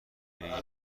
پیدا